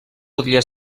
podria